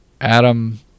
Adam